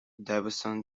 division